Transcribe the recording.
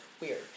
Weird